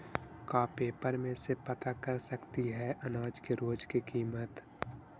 का पेपर में से पता कर सकती है अनाज के रोज के किमत?